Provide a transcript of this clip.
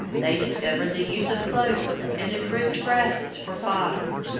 they discovered the use of clover and improved grasses for fodder.